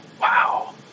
Wow